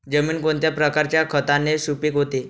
जमीन कोणत्या प्रकारच्या खताने सुपिक होते?